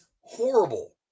horrible